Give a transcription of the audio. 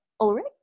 Ulrich